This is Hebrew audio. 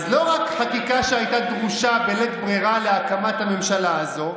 אז לא רק חקיקה שהייתה דרושה בלית ברירה להקמת הממשלה הזו,